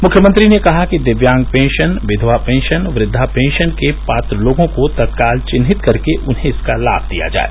मुख्यमंत्री ने कहा कि दिव्यांग पेशन विववा पेशन वृद्वा पेशन के पात्र लोगों को तत्काल विन्हित कर के उन्हें इसका लाभ दिया जाय